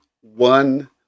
one